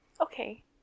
Okay